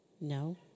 no